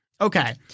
Okay